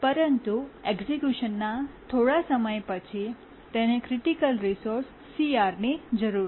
પરંતુ એક્સક્યૂશનના થોડા સમય પછી તેને ક્રિટિકલ રિસોર્સ CRની જરૂર હતી